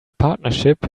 partnership